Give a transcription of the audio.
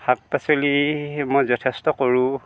শাক পাচলি মই যথেষ্ট কৰোঁ